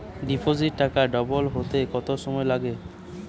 ডিপোজিটে টাকা ডবল হতে কত সময় লাগে?